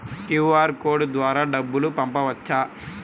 QR code ద్వారా డబ్బులు పంపవచ్చా?